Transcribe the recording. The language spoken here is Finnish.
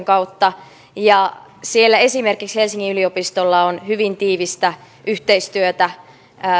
kautta ja siellä esimerkiksi helsingin yliopistolla on hyvin tiivistä yhteistyötä